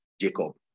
Jacob